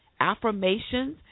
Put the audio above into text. affirmations